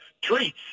treats